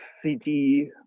CD